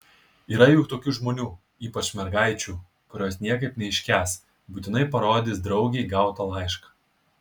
yra juk tokių žmonių ypač mergaičių kurios niekaip neiškęs būtinai parodys draugei gautą laišką